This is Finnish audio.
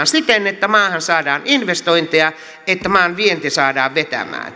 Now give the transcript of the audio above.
siten että maahan saadaan investointeja että maan vienti saadaan vetämään